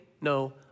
no